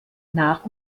nach